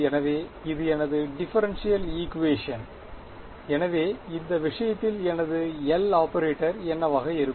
எனவே இது எனது டிஃபரென்ஷியல் ஈக்குவேஷன் எனவே இந்த விஷயத்தில் எனது L ஆபரேட்டர் என்னவாக இருக்கும்